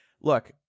look